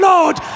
Lord